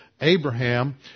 Abraham